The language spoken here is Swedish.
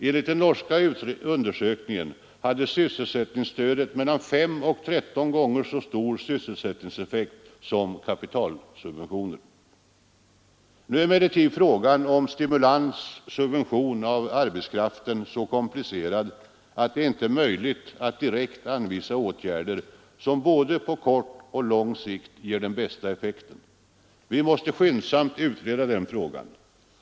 Enligt den norska undersökningen hade sysselsättningsstödet mellan fem och tretton gånger så stor sysselsättningseffekt som kapitalsubventioner. Nu är emellertid frågan om stimulans/subvention av arbetskraften så komplicerad, att det inte är möjligt att direkt anvisa åtgärder som både på kort och på lång sikt ger den bästa effekten. Vi måste skyndsamt utreda den frågan.